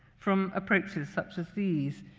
from approaches such as these.